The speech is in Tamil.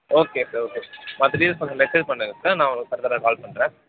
ஓகே சார் ஓகே மற்ற டீட்டைல்ஸ் கொஞ்சம் மெசேஜ் பண்ணுங்க சார் நான் உங்களுக்கு ஃபர்தராக கால் பண்ணுறேன்